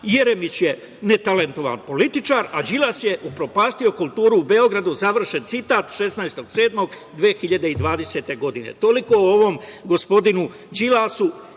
Jeremić je netalentovan političar, a Đilas je upropastio kulturu u Beogradu. Završen citat, 16. jula 2020. godine. Toliko o ovom gospodinu Đilasu